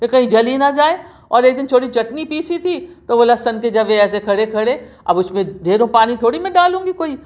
کہ کہیں جل ہی نہ جائے اور ایک دِن تھوڑی چٹنی پیسی تھی تو وہ لہسن کے جوے ایسے کھڑے کھڑے اب اُس میں ڈھیروں پانی تھوڑی میں ڈالوں گی کوئی